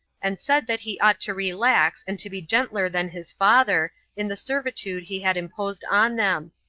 and said that he ought to relax, and to be gentler than his father, in the servitude he had imposed on them,